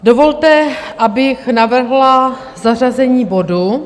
Dovolte, abych navrhla zařazení bodu